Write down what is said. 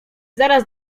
zaraz